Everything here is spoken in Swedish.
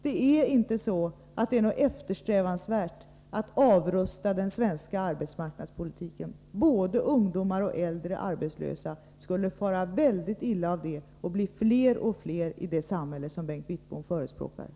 Det är inte något eftersträvansvärt att avrusta den svenska arbetsmarknadspolitiken. Både ungdomar och äldre arbetslösa skulle fara mycket illa av det och bli fler och fler i det samhälle som Bengt Wittbom förespråkar.